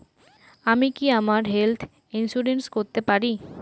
আমি কি আমার হেলথ ইন্সুরেন্স করতে পারি?